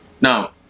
Now